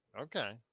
okay